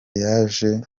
yaje